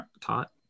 taught